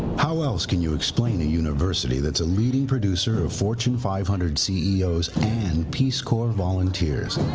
how else can you explain a university that's a leading producer of fortune five hundred ceos and peace corps volunteers.